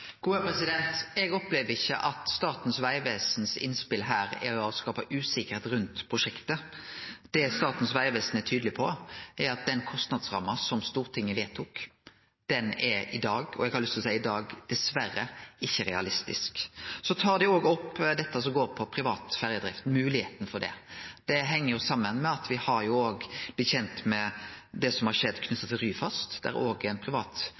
Eg opplever ikkje at Statens vegvesens innspel her er å skape usikkerheit rundt prosjektet. Det Statens vegvesen er tydelege på, er at den kostnadsramma som Stortinget vedtok, er i dag dessverre ikkje realistisk. Så tar dei òg opp det som går på privat ferjedrift, moglegheita for det. Det heng saman med at me òg har blitt kjent med det som har skjedd knytt til Ryfast, der òg ei privat ferjedrift er